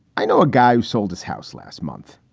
i know a guy who sold his house last month.